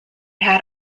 had